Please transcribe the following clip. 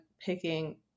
picking